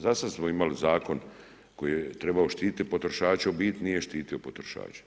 Zasad smo imali zakon koji je trebao štititi potrošače, a u biti nije štitio potrošače.